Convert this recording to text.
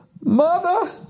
mother